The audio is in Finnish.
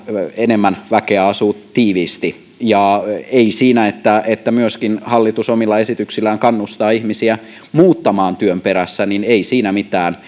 enemmän väkeä asuu tiiviisti ei siinä että että myöskin hallitus omilla esityksillään kannustaa ihmisiä muuttamaan työn perässä mitään